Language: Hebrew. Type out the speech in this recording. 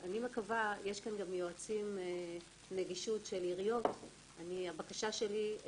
לא יתכן שהרשויות תנערה את עצמן מאחריות וזאת הקריאה שלי,